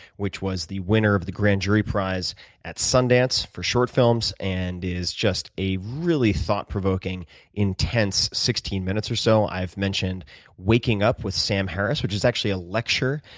which was the winner of the grand jury prize at sundance for short films, and is just a really thought provoking intense sixteen minutes or so. i've mentioned waking up with sam harris, which is actually a lecture,